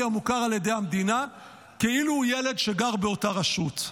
המוכר על ידי המדינה כאילו הוא ילד שגר באותה רשות.